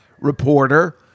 reporter